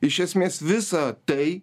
iš esmės visą tai